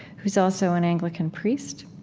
who's also an anglican priest.